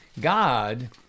God